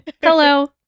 hello